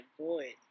void